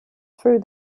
through